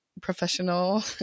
professional